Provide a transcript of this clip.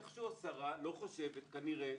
איכשהו השרה לא חושבת כנראה,